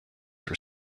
were